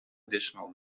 additional